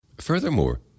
Furthermore